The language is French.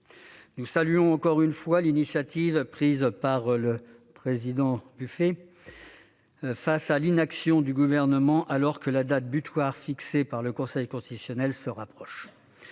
Nous saluons encore une fois l'initiative prise par le président Buffet devant l'inaction du Gouvernement, alors que la date butoir fixée par le Conseil constitutionnel se rapprochait.